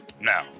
Now